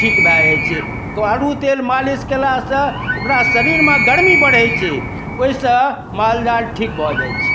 ठीक भऽ जाइ छै करू तेल मालिश केलासँ ओकरा शरीरमे गर्मी बढ़ै छै ओहिसँ मालजाल ठीक भऽ जाइ छै